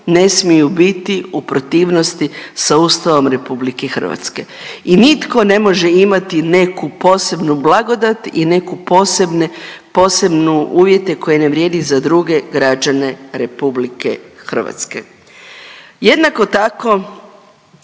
ne smiju biti u protivnosti sa Ustavom RH i nitko ne može imati neku posebnu blagodat i neku posebne, posebnu uvjete koji ne vrijedi za druge građane RH. Jednako tako,